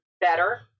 better